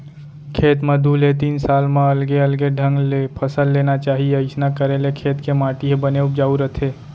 खेत म दू ले तीन साल म अलगे अलगे ढंग ले फसल लेना चाही अइसना करे ले खेत के माटी ह बने उपजाउ रथे